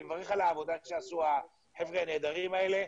אני מברך על העבודה שעשו החבר'ה הנהדרים האלה,